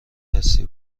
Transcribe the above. هستی